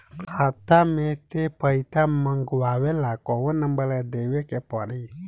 खाता मे से पईसा मँगवावे ला कौन नंबर देवे के पड़ी?